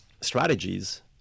strategies